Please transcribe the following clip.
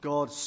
God